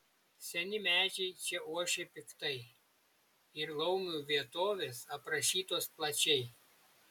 seni medžiai čia ošia piktai ir laumių vietovės aprašytos plačiai